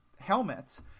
helmets